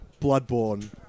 bloodborne